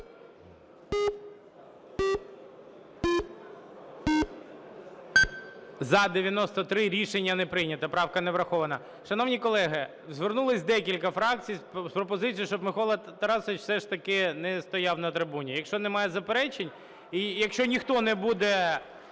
За-93 Рішення не прийнято. Правка не врахована. Шановні колеги, звернулися декілька фракцій з пропозицією, щоб Микола Тарасович все ж таки не стояв на трибуні. Якщо немає заперечень і якщо ніхто не буде